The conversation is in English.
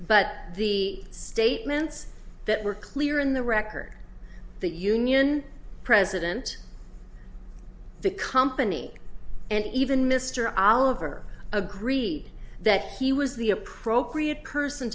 but the statements that were clear in the record that union president the company and even mr oliver agreed that he was the appropriate person